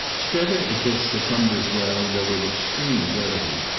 strether, at this, succumbed as well, though with extreme brevity.